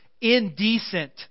indecent